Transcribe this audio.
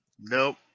Nope